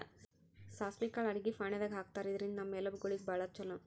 ಸಾಸ್ವಿ ಕಾಳ್ ಅಡಗಿ ಫಾಣೆದಾಗ್ ಹಾಕ್ತಾರ್, ಇದ್ರಿಂದ್ ನಮ್ ಎಲಬ್ ಗೋಳಿಗ್ ಭಾಳ್ ಛಲೋ